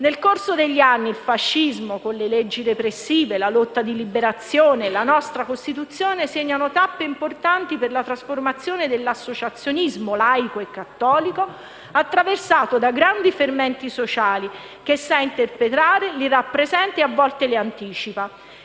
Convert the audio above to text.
Nel corso degli anni, il fascismo con le leggi repressive, la lotta di liberazione e la nostra Costituzione segnano tappe importanti per la trasformazione dell'associazionismo laico e cattolico, attraversato da grandi fermenti sociali che sa interpretare, rappresentare e a volte anticipare.